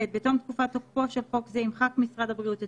ומחיקתו ב) בתום תקופת תוקפו של חוק זה ימחק משרד הבריאות את